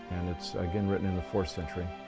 and it's again written in the fourth century.